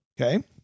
Okay